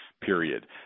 period